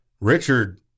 Richard